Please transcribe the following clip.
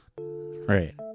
Right